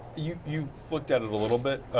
you you looked at it a little bit.